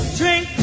drink